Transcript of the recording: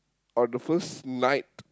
on the first night